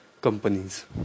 companies